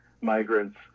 migrants